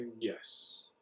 Yes